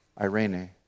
irene